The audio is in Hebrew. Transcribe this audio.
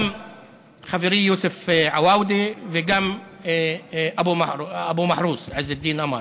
גם חברי יוסף עואודה וגם אבו מחרוס עיז אלדין אמארה.